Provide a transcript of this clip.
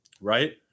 right